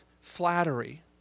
flattery